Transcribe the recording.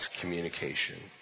communication